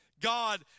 God